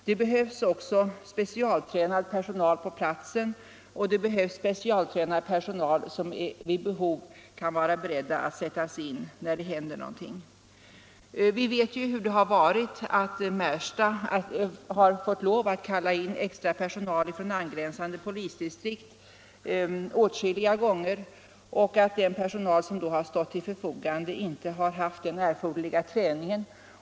Det behövs specialtränad personal på platsen, liksom det behövs specialtränad personal som vid behov kan vara beredd att sättas in när det händer någonting. Vi vet hur det har varit, att Märstapolisen åtskilliga gånger fått lov att kalla på extra personal från angränsande polisdistrikt och att den personal som då stått till förfogande inte haft den erforderliga träningen.